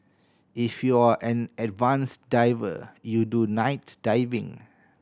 if you're an advanced diver you do night diving